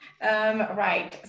Right